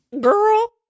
Girl